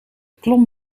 klom